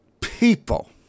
people